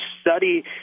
study